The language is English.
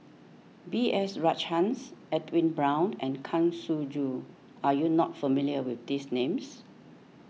B S Rajhans Edwin Brown and Kang Siong Joo are you not familiar with these names